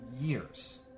years